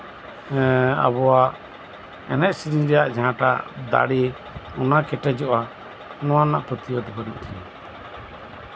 ᱮᱸᱜ ᱟᱵᱚᱣᱟᱜ ᱮᱱᱮᱡᱼᱥᱮᱨᱮᱧ ᱨᱮᱭᱟᱜ ᱡᱟᱦᱟᱸᱴᱟᱜ ᱫᱟᱲᱮ ᱚᱱᱟ ᱠᱮᱴᱮᱡᱚᱜᱼᱟ ᱱᱚᱣᱟ ᱨᱮᱱᱟᱜ ᱯᱟᱹᱛᱭᱟᱹᱣ ᱫᱚ ᱵᱟᱱᱩᱜ ᱛᱤᱧᱟᱹ